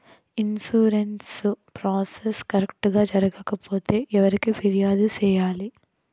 insurance process correct గా జరగకపోతే ఎవరికి ఫిర్యాదు సేయాలి